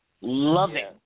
Loving